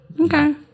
Okay